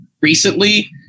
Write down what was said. recently